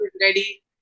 ready